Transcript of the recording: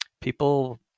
people